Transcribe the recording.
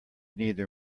neither